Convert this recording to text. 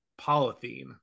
Polythene